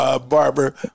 Barbara